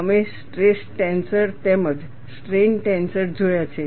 અમે stress tensor તેમજ strain tensor જોયા છે